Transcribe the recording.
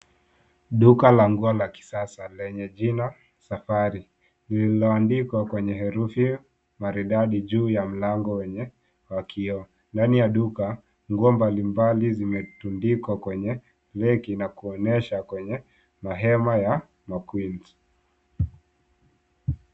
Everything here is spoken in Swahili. Duka la nguo la kisasa lenye jina Safari lililoandikwa kwenye herufi maridadi juu ya mlango wenye wa kioo. Nguo mbalimbali zimetundikwa kwenye reki na kuonyeshwa kwenye hema ya makwins.